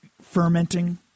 fermenting